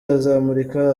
azamurika